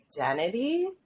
identity